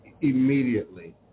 immediately